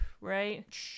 right